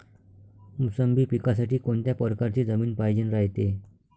मोसंबी पिकासाठी कोनत्या परकारची जमीन पायजेन रायते?